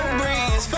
breeze